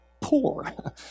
poor